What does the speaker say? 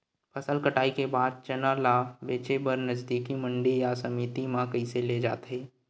फसल कटाई के बाद चना ला बेचे बर नजदीकी मंडी या समिति मा कइसे ले जाथे?